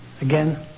Again